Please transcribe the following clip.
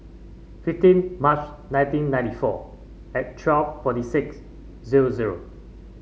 fifteen March nineteen ninety four and twelve forty six zero zero